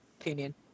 opinion